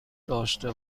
داشته